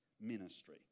ministry